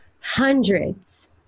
hundreds